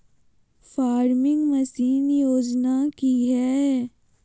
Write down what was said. Farming machine योजना कि हैय?